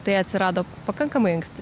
tai atsirado pakankamai anksti